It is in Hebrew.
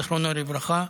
זיכרונו לברכה,